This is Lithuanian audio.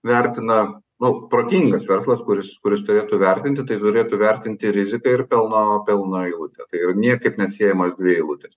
vertina nu protingas verslas kuris kuris turėtų vertinti tai turėtų įvertinti riziką ir pelno pelno eilutę tai yra niekaip neatsiejamas dvi eilutės